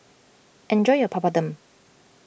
enjoy your Papadum